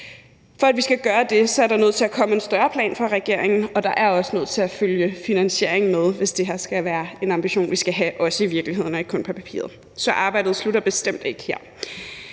For at vi skal kunne gøre det, er der nødt til at komme en større plan fra regeringen, og der er også nødt til at følge finansiering med, hvis det her er en ambition, vi skal kunne gøre til virkelighed og ikke kun have på papiret, så arbejdet slutter bestemt ikke her.